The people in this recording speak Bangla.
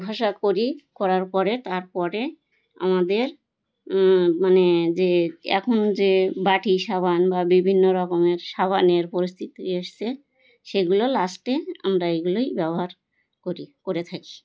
ঘষা করি করার পরে তার পরে আমাদের মানে যে এখন যে বাটি সাবান বা বিভিন্ন রকমের সাবানের পরিস্থিতি এসেছে সেগুলো লাস্টে আমরা এগুলোই ব্যবহার করি করে থাকি